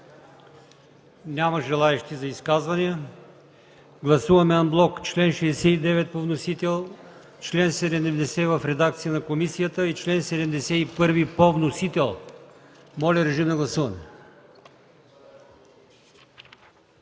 Няма желаещи за изказвания. Гласуваме анблок чл. 69 по вносител, чл. 70 в редакция на комисията и чл. 71 по вносител. Гласували